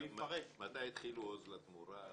מתי התחיל עוז לתמורה וכו'?